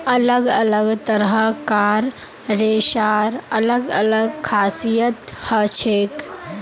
अलग अलग तरह कार रेशार अलग अलग खासियत हछेक